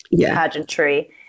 pageantry